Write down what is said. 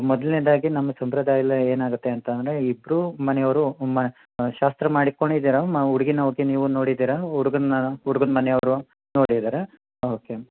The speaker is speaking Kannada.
ಮೊದಲನೇದಾಗಿ ನಮ್ಮ ಸಂಪ್ರದಾಯದಲ್ಲಿ ಏನಾಗುತ್ತೆ ಅಂತ ಅಂದರೆ ಇಬ್ಬರು ಮನೆಯವರು ಶಾಸ್ತ್ರ ಮಾಡಿಕೊಂಡು ಇದ್ದಾರಾ ಹುಡುಗಿನ್ ಓಕೆ ನೀವು ನೋಡಿದ್ದೀರಾ ಹುಡುಗನ್ನ ಹುಡುಗನ್ ಮನೆಯವರು ನೋಡಿದ್ದಾರಾ ಓಕೆ